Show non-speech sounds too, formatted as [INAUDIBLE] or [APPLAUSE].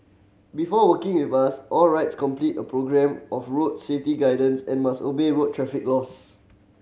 before working with us all [UNINTELLIGIBLE] complete a programme of road safety guidance and must obey road traffic laws